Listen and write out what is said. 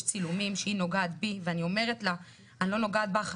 יש צילומים שהיא נוגעת בי ואני אומרת לה 'אני לא נוגעת בך,